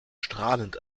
strahlend